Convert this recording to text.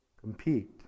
compete